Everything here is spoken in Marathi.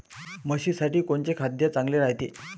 म्हशीसाठी कोनचे खाद्य चांगलं रायते?